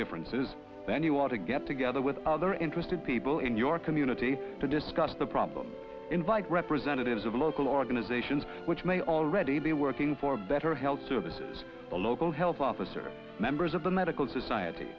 differences then you ought to get together with other interested people in your community to discuss the problem invite representatives of local organisations which may already be working for better health services a local health officer members of the medical society